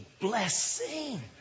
blessing